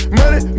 money